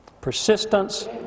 Persistence